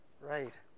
right